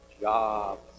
jobs